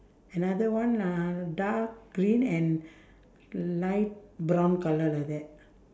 another one ah dark green and light brown colour like that